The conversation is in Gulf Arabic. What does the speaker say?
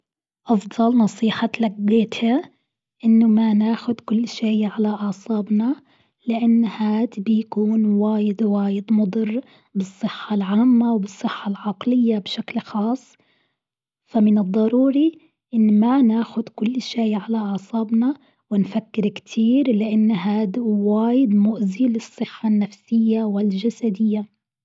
أفضل نصيحة أتلقيتها إنه ما نأخد كل شيء على أعصابنا لأن هاذ بيكون واجد واجد مضر بالصحة العامة وبالصحة العقلية بشكل خاص، فمن الضروري أن ما نأخد كل شيء على أعصابنا ونفكر كتير لان هاذ واجد مؤذي للصحة النفسية والجسدية.